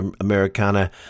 Americana